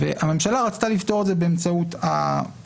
הממשלה רצתה לפתור את זה באמצעות הנוסח